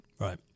Right